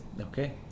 Okay